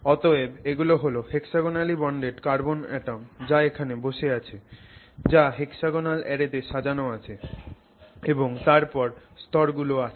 অতএব এগুলো হল hexagonally bonded carbon atoms যা এখানে বসে আছে যা hexagonal array তে সাজানো আছে এবং তারপর স্তরগুলো আছে